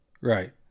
Right